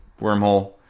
wormhole